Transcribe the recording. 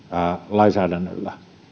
lainsäädännöllä